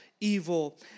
evil